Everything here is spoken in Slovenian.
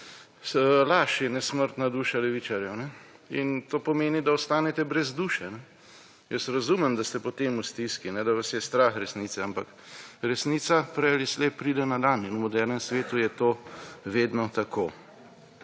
laž je nesmrtna duša levičarjev. To pomeni, da ostanete brez duše. Razumem, da ste potem v stiski, da vas je strah resnice, ampak resnica prej ali slej pride na dan in v modernem svetu je to vedno tako.